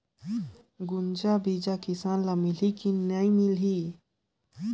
गुनजा बिजा किसान ल मिलही की नी मिलही?